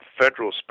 federal